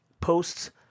posts